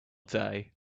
day